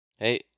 Hey